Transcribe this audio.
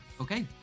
Okay